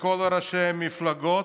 לכל ראשי המפלגות,